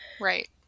Right